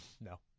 No